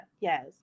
Yes